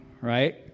right